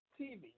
TV